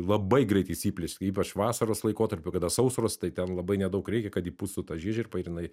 labai greit įsiplieskia ypač vasaros laikotarpiu kada sausros tai ten labai nedaug reikia kad įpūstų ta žiežirbą ir jinai